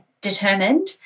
determined